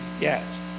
Yes